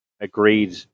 agreed